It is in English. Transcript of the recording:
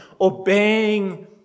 obeying